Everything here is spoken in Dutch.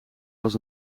was